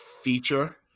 feature